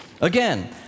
Again